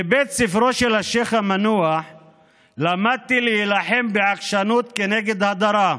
בבית ספרו של השייח' המנוח למדתי להילחם בעקשנות כנגד הדרה,